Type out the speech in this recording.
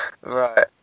Right